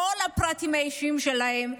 את כל הפרטים האישיים שלהם?